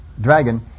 dragon